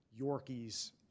Yorkies